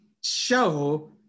show